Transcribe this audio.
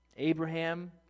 Abraham